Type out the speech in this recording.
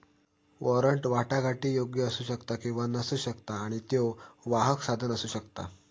warrant वाटाघाटीयोग्य असू शकता किंवा नसू शकता आणि त्यो वाहक साधन असू शकता